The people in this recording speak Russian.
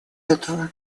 этого